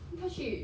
他去